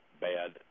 bad